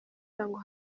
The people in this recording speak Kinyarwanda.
cyangwa